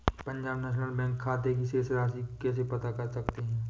Punjab national bank में खाते की शेष राशि को कैसे पता कर सकते हैं?